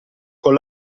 con